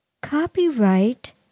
Copyright